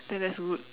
then that's good